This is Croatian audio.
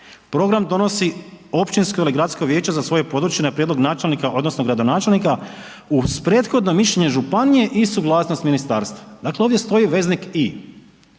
„Program donosi općinsko ili gradsko vijeće za svoje područje na prijedlog načelnika odnosno gradonačelnika uz prethodno mišljenje županije i suglasnost ministarstva“. Dakle ovdje stoji veznik i.